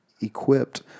equipped